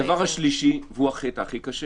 הדבר השלישי, והוא הכי קשה